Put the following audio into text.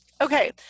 Okay